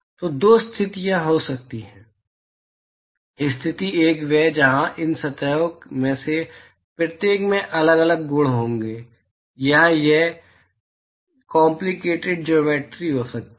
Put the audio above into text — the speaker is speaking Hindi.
तो दो स्थितियां हो सकती हैं स्थिति एक वह है जहां इन सतहों में से प्रत्येक में अलग अलग गुण होंगे या यह कॉम्पलीकेटेड ज्योमेट्रि हो सकती है